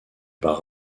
bas